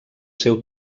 seu